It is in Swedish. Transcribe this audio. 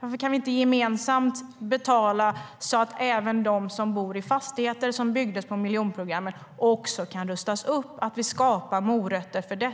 Varför kan vi inte gemensamt betala så att även de som bor i fastigheter i miljonprogrammet också kan rustas upp, att vi skapar morötter för